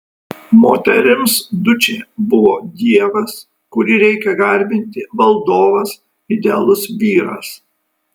moterims dučė buvo dievas kurį reikia garbinti valdovas idealus vyras